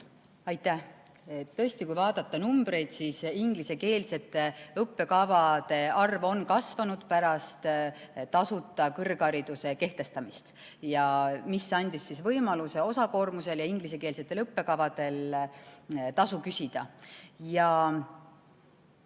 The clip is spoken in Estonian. tehtud? Tõesti, kui vaadata numbreid, siis ingliskeelsete õppekavade arv on kasvanud pärast tasuta kõrghariduse kehtestamist, mis andis võimaluse osakoormuse korral ja ingliskeelsetel õppekavadel tasu küsida.